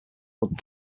would